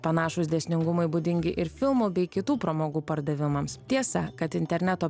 panašūs dėsningumai būdingi ir filmų bei kitų pramogų pardavimams tiesa kad interneto